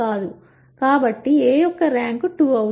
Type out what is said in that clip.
కాబట్టి A యొక్క ర్యాంక్2